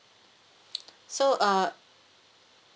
so uh